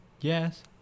yes